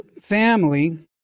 family